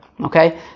okay